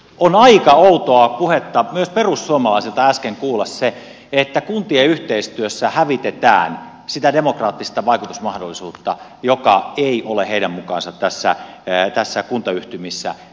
on aika outoa puhetta myös perussuomalaisilta äsken kuulla se että kuntien yhteistyössä hävitetään demokraattista vaikutusmahdollisuutta jota ei ole heidän mukaansa näissä kuntayhtymissä olemassa